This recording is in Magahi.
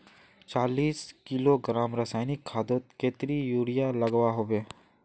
चालीस किलोग्राम रासायनिक खादोत कतेरी यूरिया लागोहो होबे?